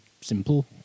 simple